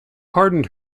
pardoned